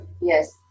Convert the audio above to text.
yes